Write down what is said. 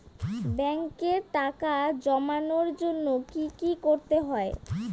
ব্যাংকে টাকা জমানোর জন্য কি কি করতে হয়?